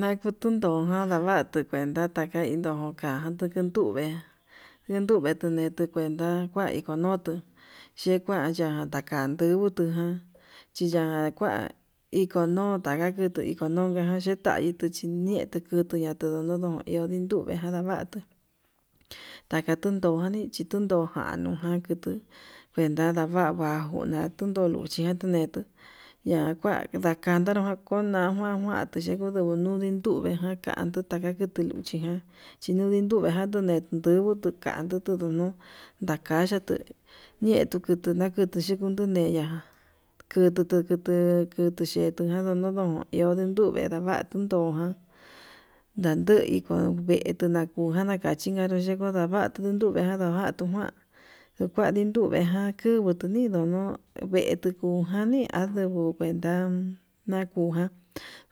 Nkuntuntu jan navate ve'e nataka indutu janduu, enduve enduve tuvete kué nda kua iko nutu xhekuan ya'a takanduu utuján chiya'a kuan ikono'o taka kutu iko nuu ndujan chiyaitu chí netukutu njun tundodon, iho ndinduve ngadavatu taka tindovani chituján nuján kutuu kuenta ndavava bajo na'a, tunduu luchi nanjunetu ña'a kuan ndakandaru ndanjuan kuea xhidikulu nuninduvejan kan ndutaka kuki luchijan, chinin nduveján nunentuvu tukanduu nunu nu'u dakayatu ñetunu ndakutu yikun ndudeya kuduu tuku kutuyejan ndodo ndon iho nunduva, kendavatu tundokan naduu tuu veku inanduvan nakuchikanro nava'a tundume jan navatu kuan tukuan ninduvajan tukua nidón vetuu nujani nduu kuenta nakuján,